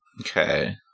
Okay